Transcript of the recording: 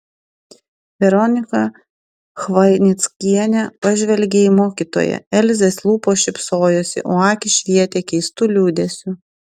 veronika chvainickienė pažvelgė į mokytoją elzės lūpos šypsojosi o akys švietė keistu liūdesiu